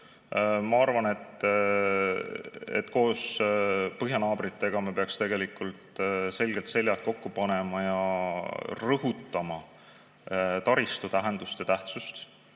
Ma arvan, et koos põhjanaabritega me peaksime tegelikult selgelt seljad kokku panema ja rõhutama taristu tähendust ja tähtsust